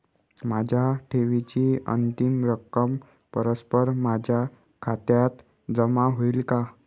माझ्या ठेवीची अंतिम रक्कम परस्पर माझ्या खात्यात जमा होईल का?